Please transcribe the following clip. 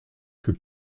que